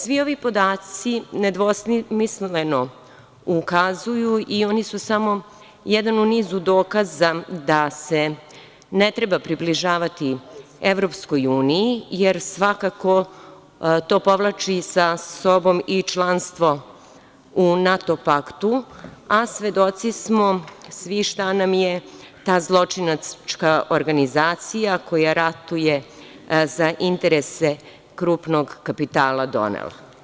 Svi ovi podaci nedvosmisleno ukazuju i oni su samo jedan u nizu dokaza da se ne treba približavati EU, jer svakako, to povlači sa sobom i članstvo u NATO paktu, a svedoci smo svi šta nam je ta zločinačka organizacija, koja ratuje za interese krupnog kapitala donela.